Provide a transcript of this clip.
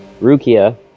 Rukia